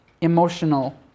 emotional